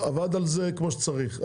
עבד על זה כמו שצריך.